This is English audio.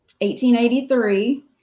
1883